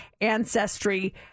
ancestry